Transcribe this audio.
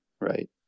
right